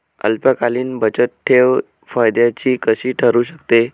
अल्पकालीन बचतठेव फायद्याची कशी ठरु शकते?